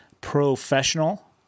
professional